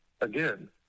Again